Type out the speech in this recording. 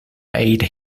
aid